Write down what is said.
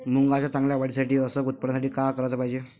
मुंगाच्या चांगल्या वाढीसाठी अस उत्पन्नासाठी का कराच पायजे?